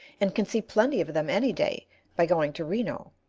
and can see plenty of them any day by going to reno.